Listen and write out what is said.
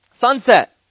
Sunset